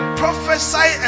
prophesy